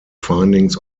findings